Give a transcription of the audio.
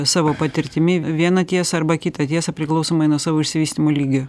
savo patirtimi vieną tiesą arba kitą tiesą priklausomai nuo savo išsivystymo lygio